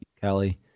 Kelly